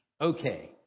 Okay